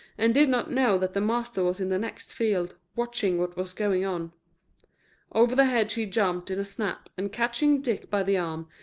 and did not know that the master was in the next field, watching what was going on over the hedge he jumped in a snap, and catching dick by the arm,